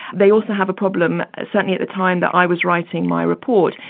they also have a problem, certainly at the time that i was writing my report,